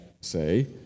say